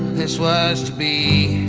this was to be